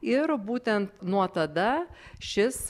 ir būtent nuo tada šis